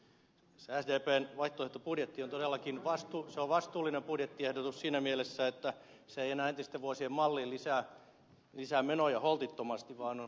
sdpn vaihtoehtobudjetti on todellakin vastuullinen budjettiehdotus siinä mielessä että se ei enää entisten vuosien malliin lisää menoja holtittomasti vaan on paljon vastuullisempi